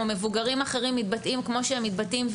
או מבוגרים אחרים מתבטאים כמו שהם מתבטאים,